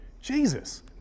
Jesus